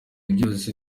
byose